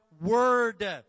Word